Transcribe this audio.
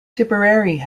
tipperary